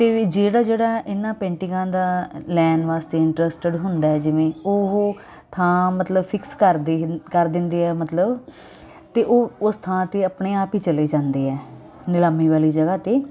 ਅਤੇ ਵੀ ਜਿਹੜਾ ਜਿਹੜਾ ਇਹਨਾਂ ਪੇਂਟਿੰਗਾਂ ਦਾ ਲੈਣ ਵਾਸਤੇ ਇੰਟਰਸਟਡ ਹੁੰਦਾ ਜਿਵੇਂ ਉਹ ਥਾਂ ਮਤਲਬ ਫਿਕਸ ਕਰ ਦੇ ਕਰ ਦਿੰਦੇ ਆ ਮਤਲਬ ਤਾਂ ਉਹ ਉਸ ਥਾਂ 'ਤੇ ਆਪਣੇ ਆਪ ਹੀ ਚਲੇ ਜਾਂਦੇ ਆ ਨਿਲਾਮੀ ਵਾਲੀ ਜਗ੍ਹਾ 'ਤੇ